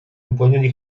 выполнения